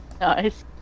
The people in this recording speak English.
Nice